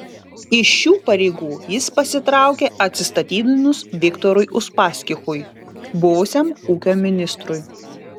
iš šių pareigų jis pasitraukė atsistatydinus viktorui uspaskichui buvusiam ūkio ministrui